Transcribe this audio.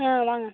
ஆ வாங்க